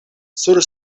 sur